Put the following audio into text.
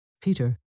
Peter